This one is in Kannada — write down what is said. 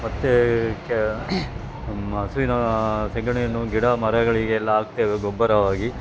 ಮತ್ತು ಹಸುವಿನ ಸಗಣಿಯನ್ನು ಗಿಡಮರಗಳಿಗೆ ಎಲ್ಲ ಹಾಕ್ತೇವೆ ಗೊಬ್ಬರವಾಗಿ